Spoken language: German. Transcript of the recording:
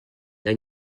ein